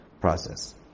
process